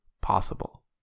possible